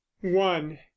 one